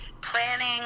planning